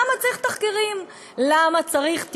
למה צריך תחקירים?